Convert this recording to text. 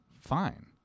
fine